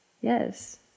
Yes